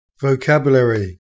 Vocabulary